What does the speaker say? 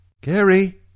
Gary